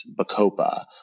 bacopa